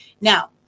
Now